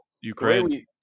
Ukraine